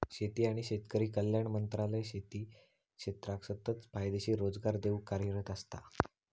शेती आणि शेतकरी कल्याण मंत्रालय शेती क्षेत्राक सतत फायदेशीर रोजगार देऊक कार्यरत असता